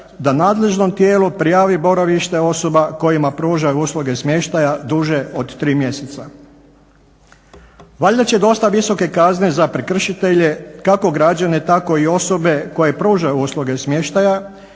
da nadležnom tijelu prijavi boravište osoba kojima pružaju usluge smještaja duže od tri mjeseca. Valjda će dosta visoke kazne za prekršitelje, kako građane tako i osobe koje pružaju usluge smještaja